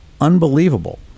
unbelievable